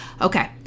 Okay